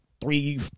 three